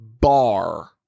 bar